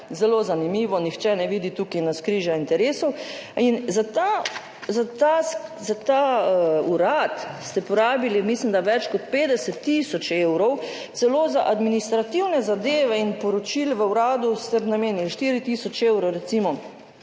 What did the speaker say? Zelo zanimivo, nihče ne vidi tukaj navzkrižja interesov. Za ta urad ste porabili, mislim, da več kot 50 tisoč evrov. Celo za administrativne zadeve in poročila v uradu ste namenili 4 tisoč evrov, recimo,